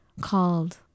called